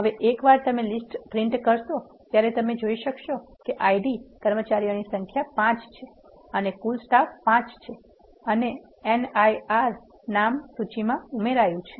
હવે એકવાર તમે લીસ્ટ છાપશો ત્યારે તમે જોઈ શકશો કે આઈડી કર્મચારીઓની સંખ્યા 5 છે અને કુલ સ્ટાફ 5 છે અને નીરવ નામ સૂચિમાં ઉમેરાયું છે